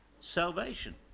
salvation